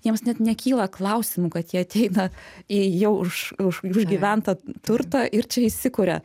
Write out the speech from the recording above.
jiems net nekyla klausimų kad jie ateina į jau už už užgyventą turtą ir čia įsikuria